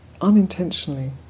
unintentionally